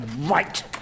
Right